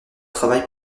travaille